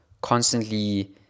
constantly